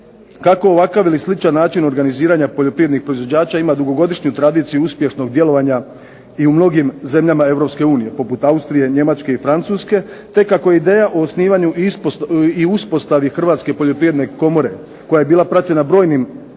kako ovakav ili sličan način organiziranja poljoprivrednih proizvođača ima dugogodišnju tradiciju uspješnog djelovanja i u mnogim zemljama Europske unije, poput Austrije, Njemačke i Francuske te kako ideja o osnivanju i uspostavi Hrvatske poljoprivredne komore koja je bila praćena bojnim